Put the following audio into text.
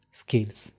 skills